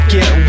Get